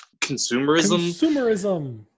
consumerism